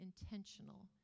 intentional